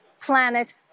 planet